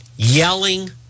yelling